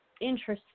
interesting